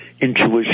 intuition